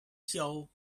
show